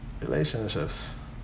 relationships